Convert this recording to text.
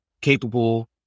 capable